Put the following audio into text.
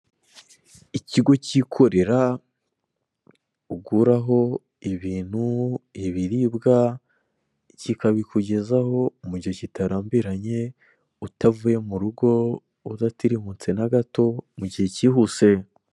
Ikigo kikorera uguraho ibintu, ibiribwa, kikabikugezaho mu gihe kitarambiranye, utavuye murugo, udatirimutse na gato mu gihe kihuse.